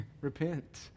repent